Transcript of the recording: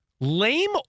lame